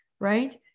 right